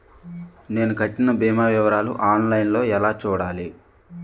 నేను కట్టిన భీమా వివరాలు ఆన్ లైన్ లో ఎలా చూడాలి?